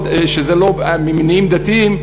שזה לא ממניעים דתיים,